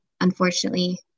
unfortunately